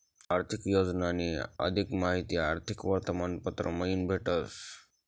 आर्थिक योजनानी अधिक माहिती आर्थिक वर्तमानपत्र मयीन भेटस